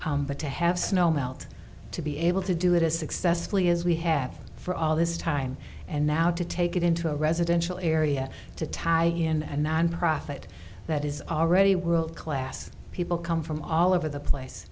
things but to have snow melt to be able to do it as successfully as we have for all this time and now to take it into a residential area to tie in and nonprofit that is already world class people come from all over the place